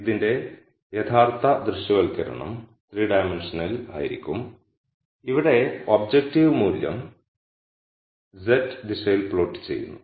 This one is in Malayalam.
ഇതിന്റെ യഥാർത്ഥ ദൃശ്യവൽക്കരണം 3 ഡയമെൻഷനിൽ ആയിരിക്കും ഇവിടെ ഒബ്ജക്റ്റീവ് ഫംഗ്ഷൻ മൂല്യം z ദിശയിൽ പ്ലോട്ട് ചെയ്യുന്നു